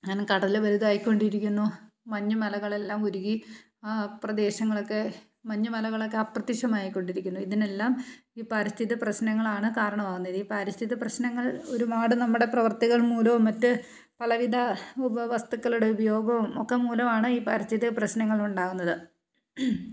അങ്ങനെ കടൽ വലുതായിക്കൊണ്ടിരിക്കുന്നു മഞ്ഞ് മലകളെല്ലാം ഉരുകി ആ പ്രദേശങ്ങളൊക്കെ മഞ്ഞ് മലകളൊക്കെ അപ്രത്യക്ഷമായിക്കൊണ്ടിരിക്കുന്നു ഇതിനെല്ലാം ഈ പാരിസ്ഥിതിക പ്രശ്നങ്ങളാണ് കാരണമാവുന്നത് ഈ പാരിസ്ഥിതിക പ്രശ്നങ്ങൾ ഒരുപാട് നമ്മുടെ പ്രവർത്തികൾ മൂലവും മറ്റ് പലവിധ ഉപവസ്തുക്കളുടെ ഉപയോഗവും ഒക്കെ മൂലമാണ് ഈ പാരിസ്ഥിതിക പ്രശ്നങ്ങളുണ്ടാകുന്നത്